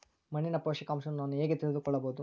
ಮಣ್ಣಿನ ಪೋಷಕಾಂಶವನ್ನು ನಾನು ಹೇಗೆ ತಿಳಿದುಕೊಳ್ಳಬಹುದು?